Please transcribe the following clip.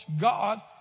God